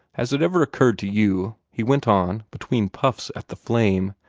has it ever occurred to you, he went on, between puffs at the flame,